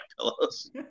pillows